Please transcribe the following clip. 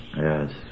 Yes